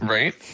Right